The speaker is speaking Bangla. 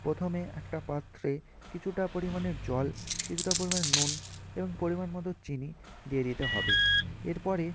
প্রথমে একটা পাত্রে কিছুটা পরিমাণে জল কিছুটা পরিমাণে নুন এবং পরিমাণ মতো চিনি দিয়ে দিতে হবে এরপরে